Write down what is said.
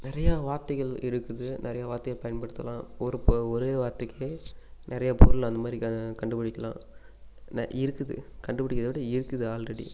நிறைய வார்த்தைகள் இருக்குது நிறைய வார்த்தையை பயன்படுத்தலாம் ஒரு இப்போ ஒரே வார்த்தைக்கே நிறைய பொருள் அந்த மாதிரி க கண்டுப்பிடிக்கலாம் ந இருக்குது கண்டு பிடிக்கிறத விட இருக்குது ஆல்ரெடி